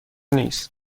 نیست